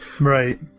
Right